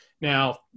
Now